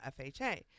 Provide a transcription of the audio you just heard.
FHA